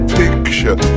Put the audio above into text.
picture